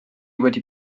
wedi